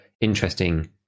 interesting